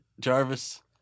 Jarvis